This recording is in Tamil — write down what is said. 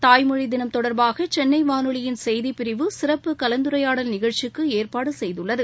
தாய்மொழி தினம் தொடர்பாக சென்னை வானொலியின் செய்திப் பிரிவு சிறப்பு கலந்துரையாடல் நிகழ்ச்சிக்கு ஏற்பாடு செய்துள்ளது